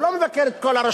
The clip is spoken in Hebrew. הוא לא מבקר את כל הרשויות,